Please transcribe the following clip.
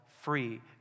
free